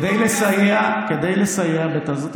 כדי לסייע בתזרים מזומנים,